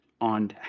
on